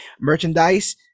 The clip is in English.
merchandise